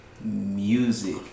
music